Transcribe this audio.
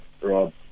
Rob